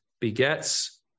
begets